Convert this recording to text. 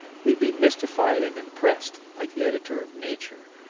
we'd be mystified and impressed, like the editor of nature,